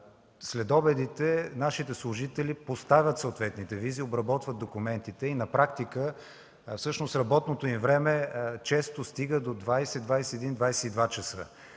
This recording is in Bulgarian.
следобедите нашите служители поставят съответните визи, обработват документите. На практика работното им време често достига до 21,00-22,00 ч.